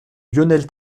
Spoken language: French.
lionel